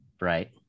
Right